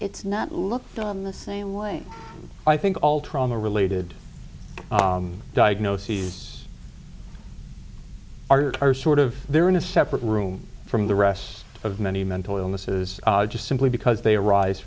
it's not looked on the same way i think all trauma related diagnoses are sort of they're in a separate room from the rest of many mental illnesses are just simply because they arise